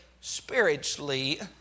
spiritually